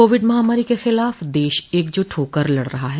Covid महामारी के ख़िलाफ़ देश एकजुट होकर लड़ रहा है